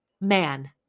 Man